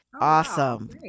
Awesome